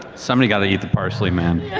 somebody got to eat the parsley, man.